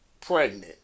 pregnant